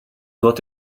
what